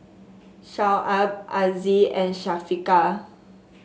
Shoaib Aziz and Syafiqah